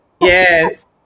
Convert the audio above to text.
Yes